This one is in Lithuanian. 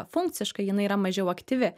funkciškai jinai yra mažiau aktyvi